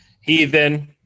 Heathen